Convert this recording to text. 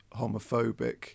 homophobic